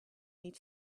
need